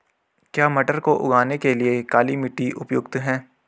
क्या मटर को उगाने के लिए काली मिट्टी उपयुक्त है?